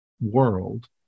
world